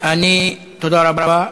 תודה רבה.